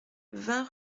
vingt